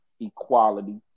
equality